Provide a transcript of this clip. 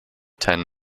ten